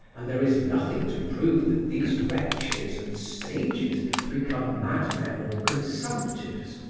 and there is nothing to prove that these wretches and sages become madmen or consumptives.